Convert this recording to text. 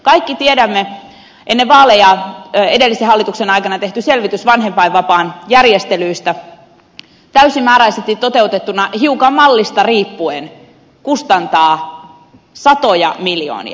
kaikki tiedämme että ennen vaaleja edellisen hallituksen aikana tehdyn selvityksen mukaan vanhempainvapaan järjestelyt täysimääräisesti toteutettuna hiukan mallista riippuen kustantavat satoja miljoonia